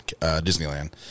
Disneyland